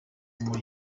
muri